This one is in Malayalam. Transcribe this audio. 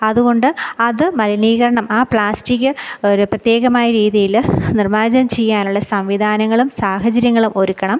അതുകൊണ്ട് അത് മലിനീകരണം ആ പ്ലാസ്റ്റിക്ക് ഒരു പ്രത്യേകമായ രീതിയിൽ നിര്മ്മാർജ്ജനം ചെയ്യാനുള്ള സംവിധാനങ്ങളും സാഹചര്യങ്ങളും ഒരുക്കണം